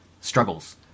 struggles